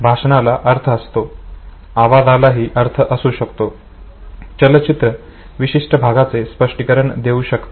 भाषणाला अर्थ असतो आवाजाला ही अर्थ असू शकतो चलचित्र विशिष्ट भागाचे स्पष्टीकरण देऊ शकते